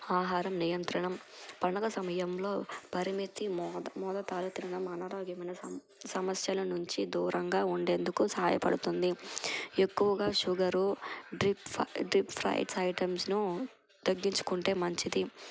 ఆహారం నియంత్రణం పండుగ సమయంలో పరిమితి మోద మొతాదులో తినడం అనారోగ్యమైన స సమస్యల నుంచి దూరంగా ఉండేందుకు సహాయపడుతుంది ఎక్కువగా షుగరు డ్రిప్ ఫ డీప్ ఫ్రైడ్ ఐటమ్స్ను తగ్గించుకుంటే మంచిది